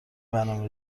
برنامه